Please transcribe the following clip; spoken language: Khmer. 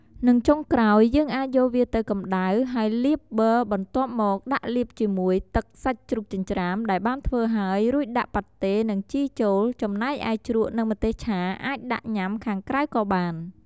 និងចុងក្រោយ យើងអាចយកវាទៅកំដៅហើយលាបប័របន្ទាប់មកដាក់លាបជាមួយទឹកសាច់ជ្រូកចិញ្រ្ចាំដែលបានធ្វើហើយ រួចដាក់ប៉ាតេនិងជីចូលចំណែកឯជ្រក់និងម្ទេសឆាអាចដាក់ញុាំខាងក្រៅក៏បាន។